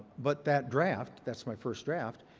but that draft, that's my first draft,